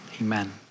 amen